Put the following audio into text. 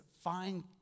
find